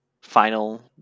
Final